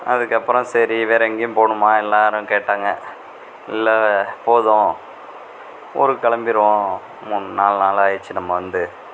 அதுக்கு அப்புறம் சரி வேறு எங்கேயும் போகணுமா எல்லாேரும் கேட்டாங்க இல்லை போதும் ஊருக்கு கிளம்பிருவோம் மூணு நாலு நாள் ஆச்சு நம்ம வந்து